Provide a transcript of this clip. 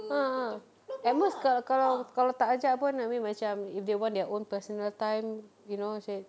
a'ah at most ka~ kalau kalau tak ajak pun I mean macam if they want their own personal time you know say